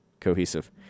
cohesive